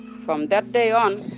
from that day on,